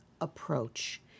approach